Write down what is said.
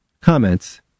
Comments